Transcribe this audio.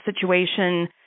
situation